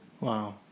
wow